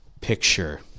picture